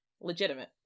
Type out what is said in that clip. legitimate